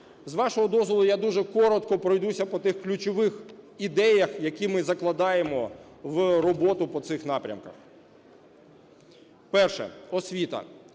З вашого дозволу, я дуже коротко пройдуся по тих ключових ідеях, які ми закладаємо в роботу по цих напрямках. Перше. Освіта.